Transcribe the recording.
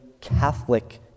catholic